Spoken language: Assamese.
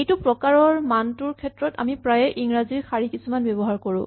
এইটো প্ৰকাৰৰ মানটোৰ ক্ষেত্ৰত আমি প্ৰায়ে ইংৰাজীৰ উদ্ধৃতিযুক্ত শাৰী কিছুমান ব্যৱহাৰ কৰো